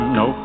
no